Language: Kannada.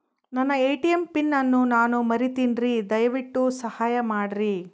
ನನ್ನ ಎ.ಟಿ.ಎಂ ಪಿನ್ ಅನ್ನು ನಾನು ಮರಿತಿನ್ರಿ, ದಯವಿಟ್ಟು ಸಹಾಯ ಮಾಡ್ರಿ